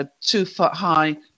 two-foot-high